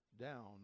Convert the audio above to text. down